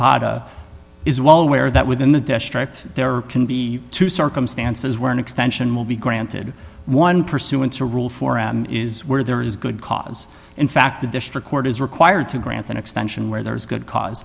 suppose is well aware that within the district there can be two circumstances where an extension will be granted one pursuant to rule for is where there is good cause in fact the district court is required to grant an extension where there is good cause